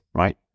right